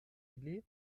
ili